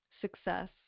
success